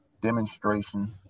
demonstration